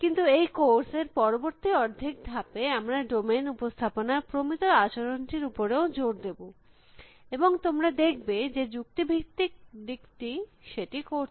কিন্তু এই কোর্স এর পরবর্তী অর্ধেক ধাপে আমরা ডোমেইন উপস্থাপনার প্রমিত আচরণ টির উপরেও জোর দেব এবং তোমরা দেখবে যে যুক্তি ভিত্তিক দিকটি সেটি করছে